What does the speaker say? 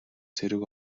цэрэг